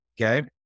okay